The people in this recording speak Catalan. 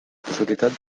possibilitat